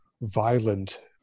violent